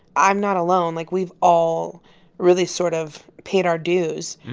i'm not alone. like, we've all really sort of paid our dues.